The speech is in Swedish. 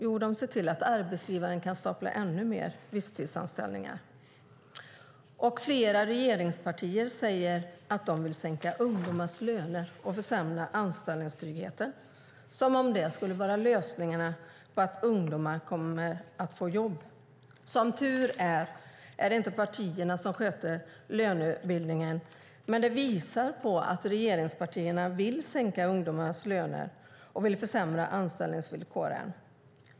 Jo, den ser till att arbetsgivaren kan stapla ännu fler visstidsanställningar. Flera regeringspartier säger att de vill sänka ungdomars löner och försämra anställningstryggheten, som om det skulle vara lösningarna som ska göra att ungdomar kommer att få jobb. Som tur är sköter inte partierna lönebildningen, men det visar att regeringspartierna vill sänka ungdomarnas löner och försämra anställningsvillkoren.